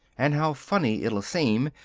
and how funny it'll seem,